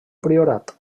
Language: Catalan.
priorat